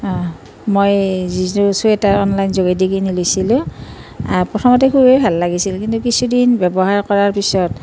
অঁ মই যিটো চুৱেটাৰ অনলাইন যোগেদি কিনি লৈছিলোঁ প্ৰথমতে খুবেই ভাল লাগিছিল কিন্তু কিছুদিন ব্যৱহাৰ কৰাৰ পিছত